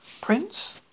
Prince